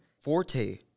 Forte